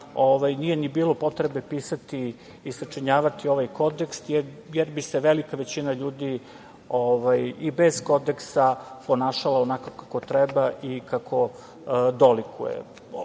nije bilo potrebe pisati i sačinjavati ovaj kodeks, jer bi se velika većina ljudi i bez kodeksa ponašala onako kako treba i kako dolikuje. Kodeks